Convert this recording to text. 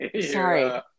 Sorry